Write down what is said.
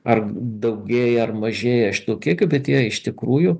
ar daugėja ar mažėja šitų kiekių bet jei iš tikrųjų